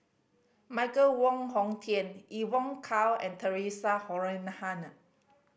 Michael Wong Hong Teng Evon Kow and Theresa Noronha